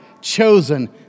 chosen